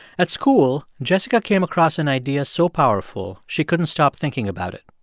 at school, jessica came across an idea so powerful she couldn't stop thinking about it.